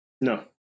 No